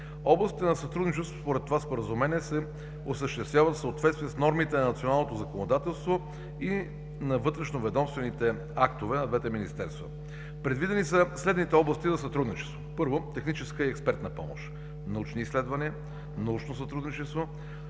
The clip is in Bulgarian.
Областите на сътрудничество според това Споразумение се осъществяват в съответствие с нормите на националното законодателство и на вътрешноведомствените актове на двете министерства. Предвидени са следните области на сътрудничество: техническа и експертна помощ, научни изследвания, научно сътрудничество,